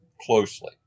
closely